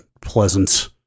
pleasant